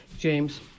James